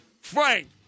Frank